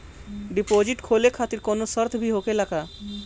Deposit खोले खातिर कौनो शर्त भी होखेला का?